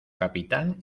capitán